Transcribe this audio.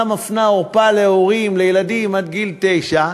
מפנה עורפה להורים לילדים עד גיל תשע,